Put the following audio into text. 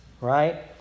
Right